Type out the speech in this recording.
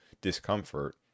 discomfort